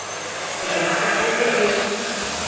पचास का कर दीजिए